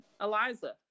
Eliza